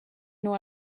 nor